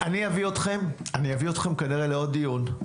אני אביא אתכם כנראה לעוד דיון,